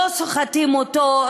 לא סוחטים אותו,